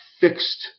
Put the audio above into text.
fixed